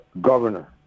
governor